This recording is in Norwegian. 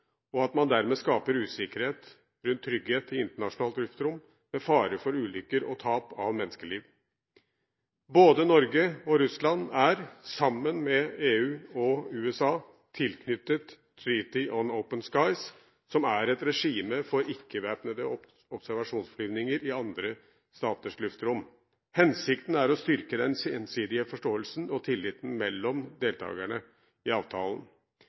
og at man dermed skaper usikkerhet om trygghet i internasjonalt luftrom, med fare for ulykker og tap av menneskeliv. Både Norge og Russland er, sammen med EU og USA, tilknyttet The Treaty on Open Skies, som er et regime for ikke-væpnede observasjonsflyvninger i andre staters luftrom. Hensikten er å styrke den gjensidige forståelsen og tilliten mellom deltakerne i avtalen.